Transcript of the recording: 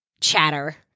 chatter